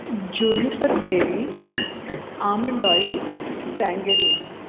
juniper berry almond oil tangerine